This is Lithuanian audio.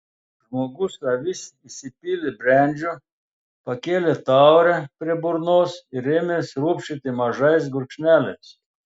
žmogus avis įsipylė brendžio pakėlė taurę prie burnos ir ėmė sriūbčioti mažais gurkšneliais